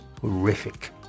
horrific